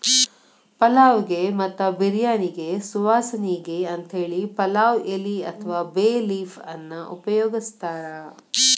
ಪಲಾವ್ ಗೆ ಮತ್ತ ಬಿರ್ಯಾನಿಗೆ ಸುವಾಸನಿಗೆ ಅಂತೇಳಿ ಪಲಾವ್ ಎಲಿ ಅತ್ವಾ ಬೇ ಲೇಫ್ ಅನ್ನ ಉಪಯೋಗಸ್ತಾರ